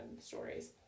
stories